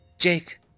Jake